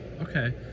Okay